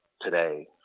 today